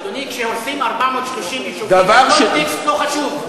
אדוני, כשהורסים 432 יישובים, הקונטקסט לא חשוב.